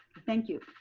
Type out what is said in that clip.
thank you.